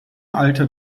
alter